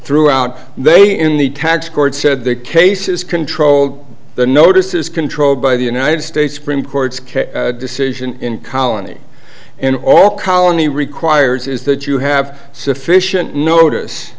throughout the day in the tax court said the case is controlled the notice is controlled by the united states supreme court's decision in colony and all colony requires is that you have sufficient notice